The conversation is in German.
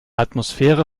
atmosphäre